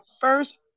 first